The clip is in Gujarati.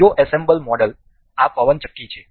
બીજો એસેમ્બલ મોડેલ આ પવનચક્કી છે